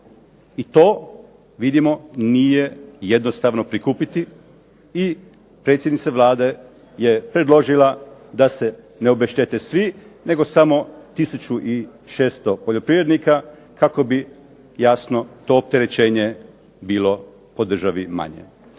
I to vidimo nije jednostavno prikupiti. I predsjednica Vlade je predložila da se ne obeštete svi, nego samo tisuću i 600 poljoprivrednika kako bi jasno to opterećenje bilo po državi manje.